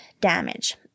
damage